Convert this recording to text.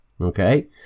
okay